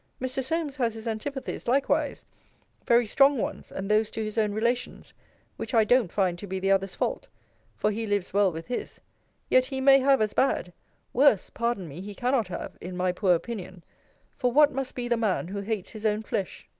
mr. solmes has his antipathies, likewise very strong ones, and those to his own relations which i don't find to be the other's fault for he lives well with his yet he may have as bad worse, pardon me, he cannot have, in my poor opinion for what must be the man, who hates his own flesh?